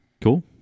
Cool